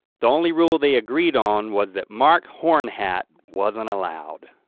the only rule they agreed on was that mark hornhat wasn't allowed.